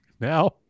Now